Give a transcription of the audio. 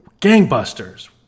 gangbusters